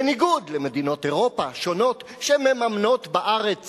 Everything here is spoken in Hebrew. בניגוד למדינות אירופה השונות שמממנות בארץ